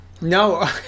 No